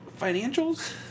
financials